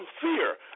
fear